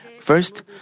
First